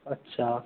अच्छा